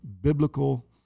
biblical